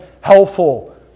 helpful